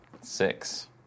six